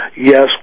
yes